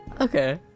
Okay